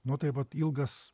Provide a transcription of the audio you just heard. nu tai vat ilgas